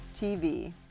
tv